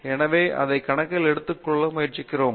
எனவே அதை கணக்கில் எடுத்துக்கொள்ள முயற்சிக்கிறோம்